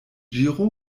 giro